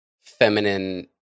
feminine